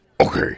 Okay